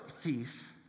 thief